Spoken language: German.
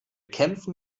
kämpfen